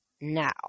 now